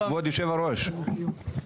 כבוד היו"ר,